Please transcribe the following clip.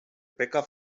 bäcker